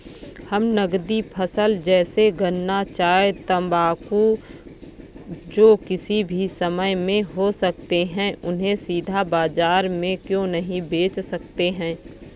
हम नगदी फसल जैसे गन्ना चाय तंबाकू जो किसी भी समय में हो सकते हैं उन्हें सीधा बाजार में क्यो नहीं बेच सकते हैं?